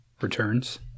returns